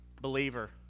Believer